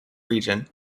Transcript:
region